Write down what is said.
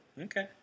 okay